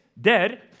dead